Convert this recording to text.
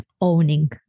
owning